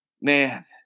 man